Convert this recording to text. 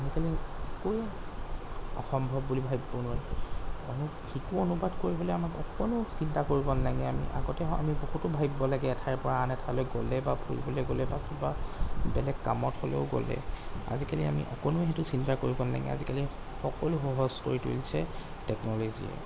আজিকালি একোৱে অসম্ভৱ বুলি ভাবিব নোৱাৰি আমি শিকোঁ অনুবাদ কৰিবলৈ আমাক অকনো চিন্তা কৰিব নেলাগে আমি আগতে আমি বহুতো ভাবিব লাগে এঠাইৰপৰা আন এঠাইলৈ গ'লে বা ফুৰিবলৈ গ'লে বা কিবা বেলেগ কামত হ'লেও গ'লে আজিকালি আমি অকনোৱে সেইটো চিন্তা কৰিব নেলাগে আজিকালি সকলো সহজ কৰি তুলিছে টেকনলজীয়ে